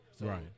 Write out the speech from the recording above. Right